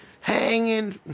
hanging